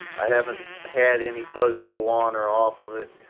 i haven't had any buzzer go on or off of it.